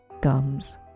gums